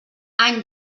any